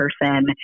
person